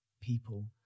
people